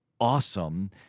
awesome